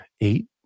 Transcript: eight